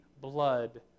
blood